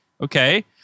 okay